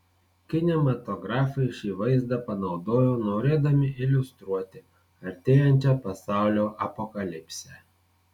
kinematografai šį vaizdą panaudojo norėdami iliustruoti artėjančią pasaulio apokalipsę